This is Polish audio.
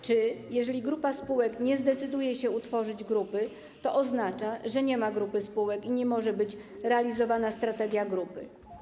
Czy jeżeli grupa spółek nie zdecyduje się utworzyć grupy, to oznacza to, że nie ma grupy spółek i nie może być realizowana strategia grupy?